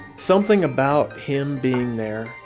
something about him being there,